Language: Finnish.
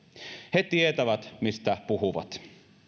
he tietävät mistä puhuvat